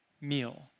meal